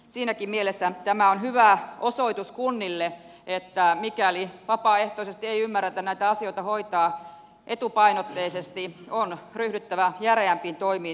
siinäkin mielessä tämä on hyvä osoitus kunnille että mikäli vapaaehtoisesti ei ymmärretä näitä asioita hoitaa etupainotteisesti on ryhdyttävä järeämpiin toimiin